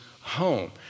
home